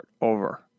over